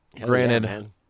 granted